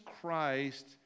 Christ